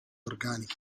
organica